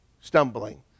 stumbling